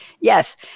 Yes